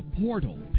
Portal